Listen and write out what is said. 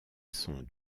sont